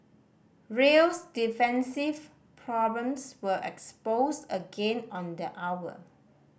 real's defensive problems were exposed again on the hour